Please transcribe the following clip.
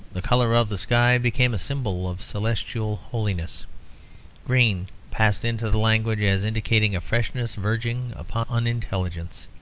the colour of the sky, became a symbol of celestial holiness green passed into the language as indicating a freshness verging upon unintelligence.